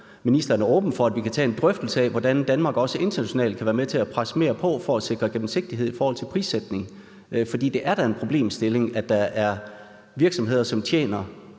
ministeren er åben for, at vi kan tage en drøftelse af, hvordan Danmark også internationalt kan være med til at presse mere på for at sikre gennemsigtighed i forhold til prissætningen. For det er da en problemstilling, at der er virksomheder, som tjener